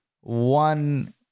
one